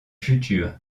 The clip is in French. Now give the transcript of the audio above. futur